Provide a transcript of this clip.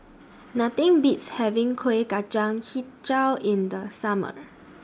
Nothing Beats having Kuih Kacang Hijau in The Summer